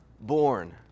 born